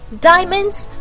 Diamonds